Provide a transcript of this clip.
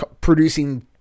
producing